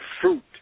fruit